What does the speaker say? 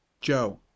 joe